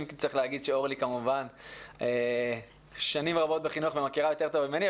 אם כי צריך להגיד שאורלי כמובן שנים רבות בחינוך ומכירה יותר טוב ממני,